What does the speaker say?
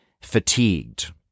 fatigued